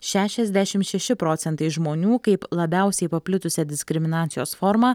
šešiasdešimt šeši procentai žmonių kaip labiausiai paplitusią diskriminacijos formą